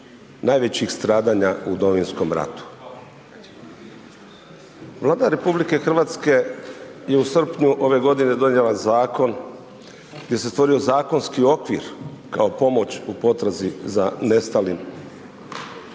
najvećih stradanja u Domovinskom ratu. Vlada RH je u srpnju ove godine donijela zakon gdje se stvorio zakonski okvir kao pomoć u potrazi za nestalim